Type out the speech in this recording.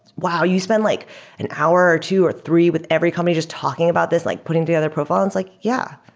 wow! you spend like an hour or two or three with every company just talking about this, like putting together a profile? it's like, yeah.